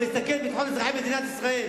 מסכן את ביטחון אזרחי ישראל.